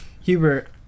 Hubert